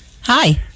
Hi